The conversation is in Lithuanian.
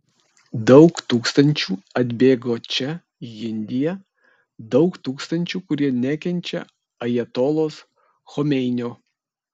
daug tūkstančių atbėgo čia į indiją daug tūkstančių kurie nekenčia ajatolos chomeinio